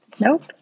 Nope